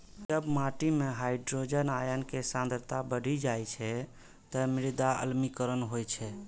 जब माटि मे हाइड्रोजन आयन के सांद्रता बढ़ि जाइ छै, ते मृदा अम्लीकरण होइ छै